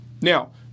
Now